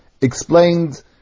explained